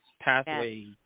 pathway